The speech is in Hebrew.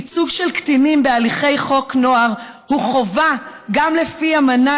ייצוג של קטינים בהליכי חוק נוער הוא חובה גם לפי אמנה